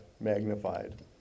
magnified